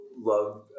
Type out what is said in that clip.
love